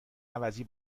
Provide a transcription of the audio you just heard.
عوضی